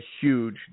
huge